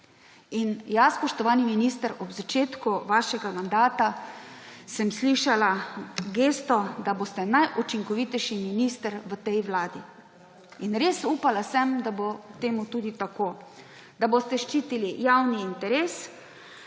In ja, spoštovani minister, ob začetku vašega mandata sem slišala gesto, da boste najučinkovitejši minister v tej vladi. Res sem upala, da bo temu tudi tako; da boste ščitili javni interes,